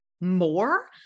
more